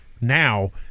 now